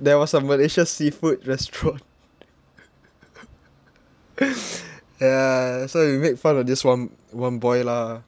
there was a malaysian seafood restaurant ya so we make fun of this one one boy lah